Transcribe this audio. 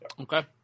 Okay